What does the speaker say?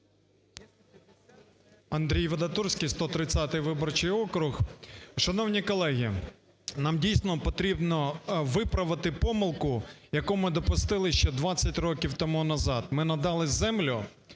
Андрій Вадатурський, 130 виборчий округ. Шановні колеги, нам, дійсно, потрібно виправити помилку, яку ми допустили ще 20 років тому назад. Ми надали землю